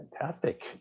Fantastic